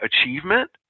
achievement